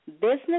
business